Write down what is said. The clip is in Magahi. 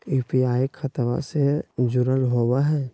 यू.पी.आई खतबा से जुरल होवे हय?